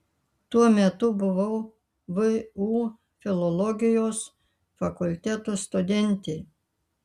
tuo metu buvau vu filologijos fakulteto studentė